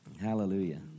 Hallelujah